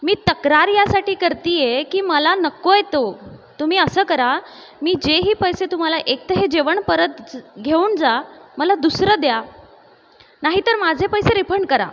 मी तक्रार यासाठी करते आहे की मला नको आहे तो तुम्ही असं करा मी जे ही पैसे तुम्हाला एक तर हे जेवण परत ज घेऊन जा मला दुसरं द्या नाहीतर माझे पैसे रिफंड करा